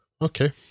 Okay